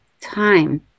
time